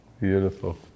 Beautiful